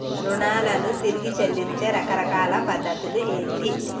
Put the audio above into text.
రుణాలను తిరిగి చెల్లించే రకరకాల పద్ధతులు ఏంటి?